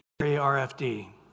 RFD